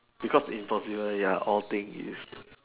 because in popular ya all thing is